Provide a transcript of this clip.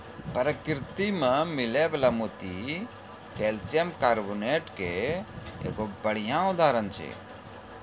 परकिरति में मिलै वला मोती कैलसियम कारबोनेट के एगो बढ़िया उदाहरण छै